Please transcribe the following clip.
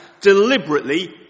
deliberately